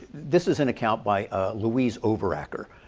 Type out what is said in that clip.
this is an account by ah louise overacker.